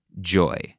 joy